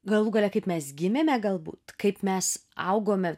galų gale kaip mes gimėme galbūt kaip mes augome